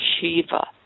Shiva